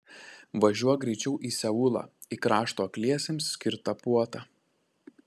važiuok greičiau į seulą į krašto akliesiems skirtą puotą